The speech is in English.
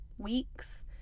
weeks